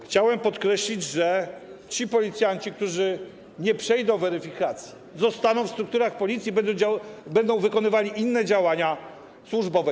Chciałem podkreślić, że ci policjanci, którzy nie przejdą weryfikacji, zostaną w strukturach Policji i będą wykonywali inne zadania służbowe.